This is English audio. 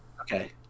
Okay